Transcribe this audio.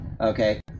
okay